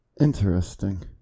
Interesting